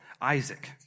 Isaac